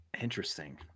interesting